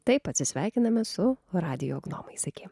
taip atsisveikiname su radijo gnomais iki